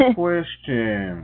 question